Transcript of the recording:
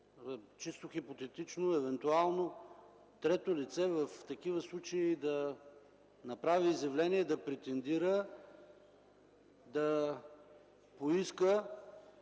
чисто хипотетично, евентуално трето лице в такива случаи да направи изявление и да претендира, да поиска